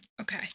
Okay